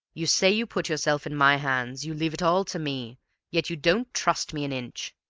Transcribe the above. you say you put yourself in my hands you leave it all to me yet you don't trust me an inch!